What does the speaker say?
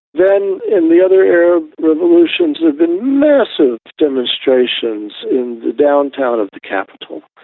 then, in the other arab revolutions, there've been massive demonstrations in the downtown of the capital.